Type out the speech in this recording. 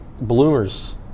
bloomers